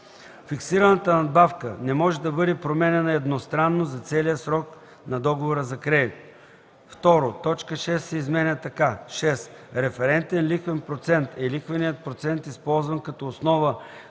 Фиксираната надбавка не може да бъде променяна едностранно за целия срок на договора за кредит.” 2. Точка 6 се изменя така: „6. „Референтен лихвен процент” е лихвеният процент, използван като основа